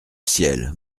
ciel